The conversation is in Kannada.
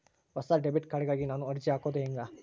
ಹೊಸ ಡೆಬಿಟ್ ಕಾರ್ಡ್ ಗಾಗಿ ನಾನು ಅರ್ಜಿ ಹಾಕೊದು ಹೆಂಗ?